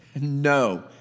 no